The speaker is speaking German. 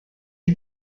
die